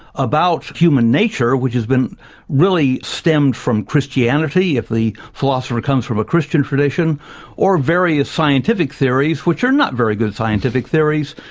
about human nature, which has been really stemmed from christianity if the philosopher comes from a christian tradition or various scientific theories which are not very good scientific theories.